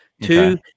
Two